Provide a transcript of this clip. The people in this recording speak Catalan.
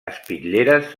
espitlleres